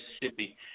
Mississippi